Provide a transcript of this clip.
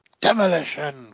Demolition